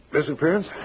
disappearance